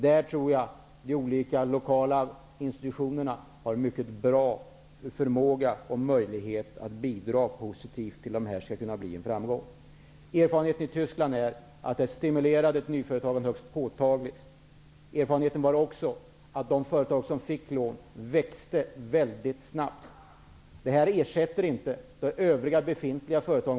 Där tror jag de olika lokala institutionerna har mycket bra förmåga och möjlighet att bidra positivt för att det skall kunna bli en framgång. Erfarenheterna i Tyskland är att detta stimulerade nyföretagandet högst påtagligt. Erfarenheten var också att de företag som fick lån växte väldigt snabbt. Detta ersätter inte på något sätt befintliga företag.